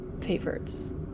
favorites